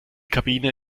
kabine